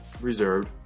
reserved